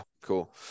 cool